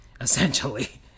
essentially